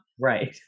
Right